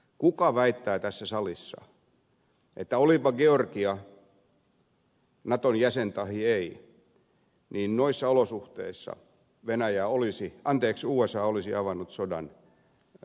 kuka väittää tässä salissa että olipa georgia naton jäsen tahi ei niin noissa olosuhteissa usa olisi avannut sodan venäjää vastaan